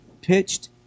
pitched